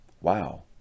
wow